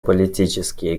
политические